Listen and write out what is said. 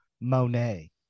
Monet